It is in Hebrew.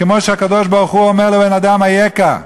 כמו שהקדוש-ברוך-הוא אומר לבן-אדם "אַיֶכָּה".